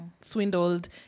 swindled